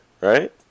right